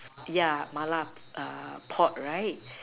yeah Mala pot right